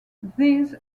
these